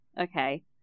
Okay